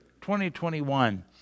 2021